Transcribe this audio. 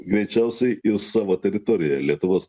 greičiausiai ir savo teritorijoje lietuvos